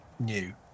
New